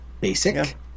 basic